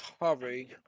hurry